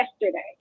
yesterday